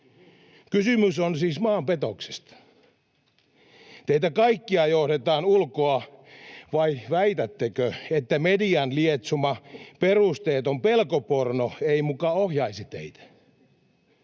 Kysymys on siis maanpetoksesta. Teitä kaikkia johdetaan ulkoa, vai väitättekö, että median lietsoma perusteeton pelkoporno ei muka ohjaisi teitä?